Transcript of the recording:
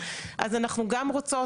אז אנחנו גם רוצות,